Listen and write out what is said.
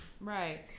Right